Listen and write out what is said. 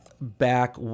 back